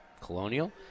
Colonial